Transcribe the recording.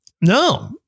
No